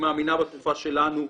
היא מאמינה בתרופה שלנו,